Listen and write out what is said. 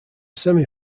semi